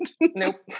Nope